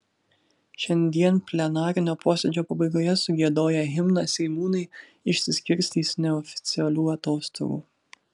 šiandien plenarinio posėdžio pabaigoje sugiedoję himną seimūnai išsiskirstys neoficialių atostogų